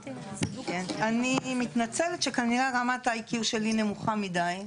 אני מתנצלת שכנראה רמת האיי-קיו שלי נמוכה מידי,